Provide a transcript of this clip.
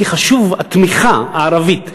כי למנהיג פלסטיני חשובה התמיכה הערבית,